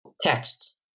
texts